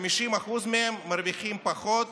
50% מהם מרוויחים פחות